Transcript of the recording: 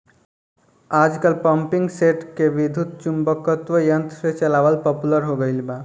आजकल पम्पींगसेट के विद्युत्चुम्बकत्व यंत्र से चलावल पॉपुलर हो गईल बा